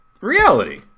reality